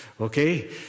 Okay